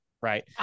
right